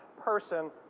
person